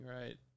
right